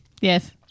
Yes